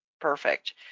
Perfect